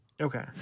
Okay